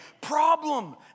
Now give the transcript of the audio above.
problem